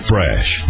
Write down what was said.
Fresh